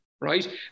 right